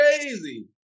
crazy